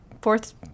fourth